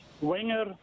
winger